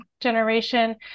generation